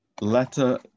letter